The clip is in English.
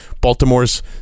baltimore's